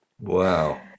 Wow